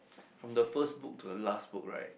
from the first book to the last book right